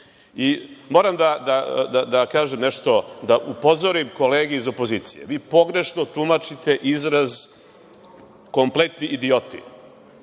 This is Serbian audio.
da kažem nešto, da upozorim kolege iz opozicije. Vi pogrešno tumačite izraz kompletni idioti.